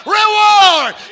reward